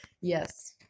Yes